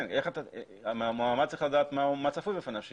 כן, המועמד צריך לדעת מה צפוי בפניו.